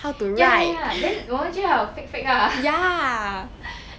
ya ya ya then 我们就要 fake fake ah